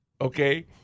okay